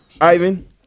Ivan